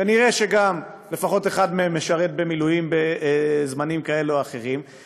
כנראה לפחות אחד מהם גם משרת במילואים בזמנים כאלה או אחרים,